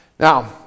Now